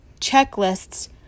checklists